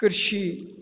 कृषी